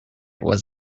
was